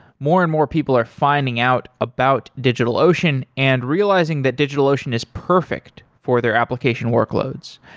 more and more people are finding out about digitalocean and realizing that digitalocean is perfect for their application workloads.